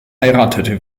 heiratete